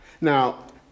Now